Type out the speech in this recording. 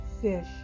fish